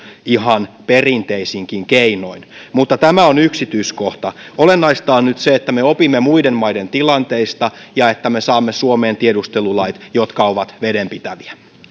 ihan perinteisinkin keinoin mutta tämä on yksityiskohta olennaista on nyt se että me opimme muiden maiden tilanteista ja että me saamme suomeen tiedustelulait jotka ovat vedenpitäviä